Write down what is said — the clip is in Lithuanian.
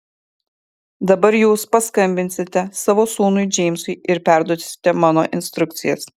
dabar jūs paskambinsite savo sūnui džeimsui ir perduosite mano instrukcijas